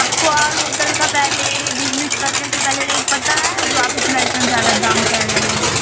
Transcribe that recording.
आपको और होटल का पहले बिजनेस करने से पहले रेट पता है जो आप इतना इतना ज़्यादा दाम कर रहे हैं